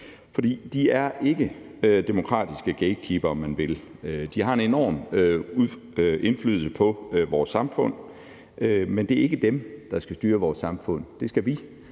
for de er ikke demokratiske gatekeepere. De har en enorm indflydelse på vores samfund, men det er ikke dem, der skal styre vores samfund. Det skal vi.